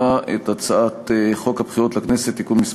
את הצעת חוק הבחירות לכנסת (תיקון מס'